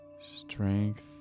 strength